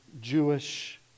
Jewish